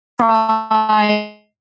try